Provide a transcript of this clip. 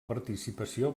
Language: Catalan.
participació